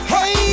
Hey